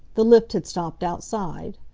the lift had stopped outside.